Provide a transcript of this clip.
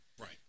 Right